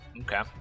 Okay